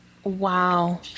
Wow